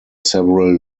several